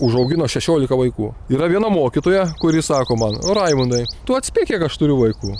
užaugino šešiolika vaikų yra viena mokytoja kuri sako man raimundai tu atspėk kiek aš turiu vaikų